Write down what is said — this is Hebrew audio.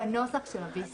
בנוסח של ה-VC.